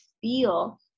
feel